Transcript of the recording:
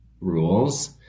rules